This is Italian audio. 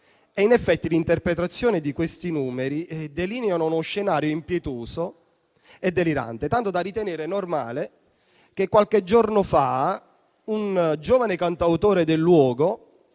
In effetti, l'interpretazione di questi numeri delinea uno scenario impietoso e delirante, tanto da far ritenere normale che qualche giorno fa un giovane cantautore del luogo